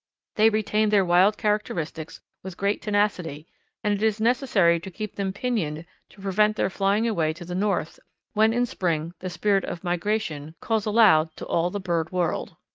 they retain their wild characteristics with great tenacity and it is necessary to keep them pinioned to prevent their flying away to the north when in spring the spirit of migration calls aloud to all the bird world.